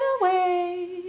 away